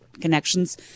connections